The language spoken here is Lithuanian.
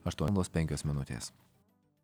aštuonios valandos penkios minutės